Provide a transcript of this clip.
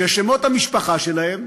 ששמות המשפחה שלהם